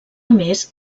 més